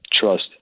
trust